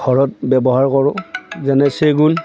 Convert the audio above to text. ঘৰত ব্যৱহাৰ কৰোঁ যেনে চেগুন